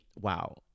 wow